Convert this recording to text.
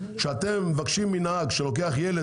שאתם מבקשים מנהג שלוקח חצי מהמחיר על חשבונו ילד